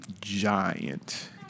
giant